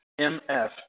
MF